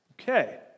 Okay